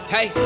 Hey